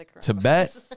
Tibet